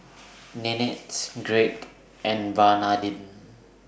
Nanette Greg and Bernardine